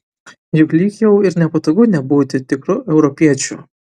juk lyg jau ir nepatogu nebūti tikru europiečiu